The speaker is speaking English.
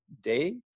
Day